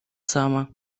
sama